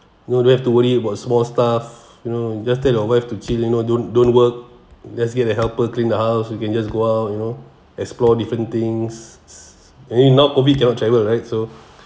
won't don't have to worry about small stuff you know you just tell your wife to chill you know don't don't work let's get the helper clean the house we can just go out you know explore different things I think now COVID cannot travel right so